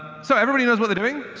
so everybody knows what they're doing,